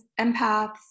empaths